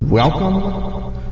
Welcome